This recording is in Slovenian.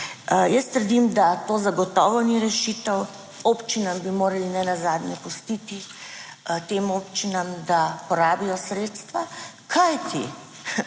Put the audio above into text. Jaz trdim, da to zagotovo ni rešitev. Občinam bi morali ne nazadnje pustiti, tem občinam, da porabijo sredstva, kajti